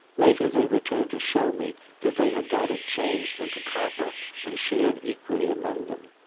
later they returned to show me that they had got it changed into copper and shared equally among them.